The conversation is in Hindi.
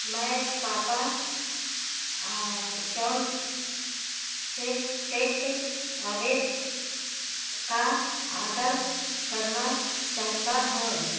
मैं पापा जॉन्स से टेकअवे का आर्डर करना चाहता हूँ